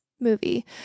movie